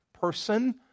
person